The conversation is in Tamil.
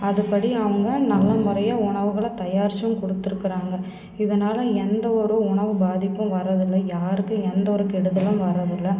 அதுப்படி அவங்க நல்ல முறையாக உணவுகளை தயாரித்தும் கொடுத்திருக்கறாங்க இதனால் எந்த ஒரு உணவு பாதிப்பும் வர்றதில்லை யாருக்கும் எந்த ஒரு கெடுதலும் வர்றதில்லை